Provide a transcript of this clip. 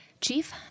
Chief